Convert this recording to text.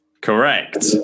Correct